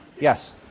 Yes